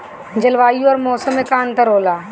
जलवायु और मौसम में का अंतर होला?